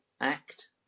Act